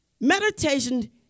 meditation